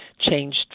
changed